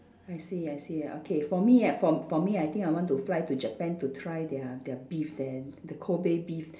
I see I see okay for me I for for me I think I want to fly to Japan to try their their beef there the Kobe beef